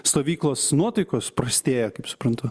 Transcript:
stovyklos nuotaikos prastėja kaip suprantu